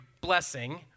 blessing